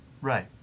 right